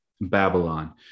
Babylon